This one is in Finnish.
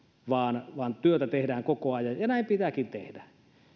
vaan vaan työtä tehdään koko ajan ja näin pitääkin tehdä